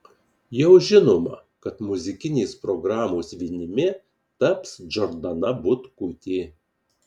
jau žinoma kad muzikinės programos vinimi taps džordana butkutė